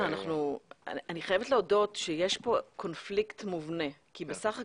אני חייבת להודות שיש פה קונפליקט מובנה כי בסך הכול,